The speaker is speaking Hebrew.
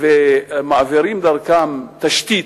ומעבירים דרכן תשתית,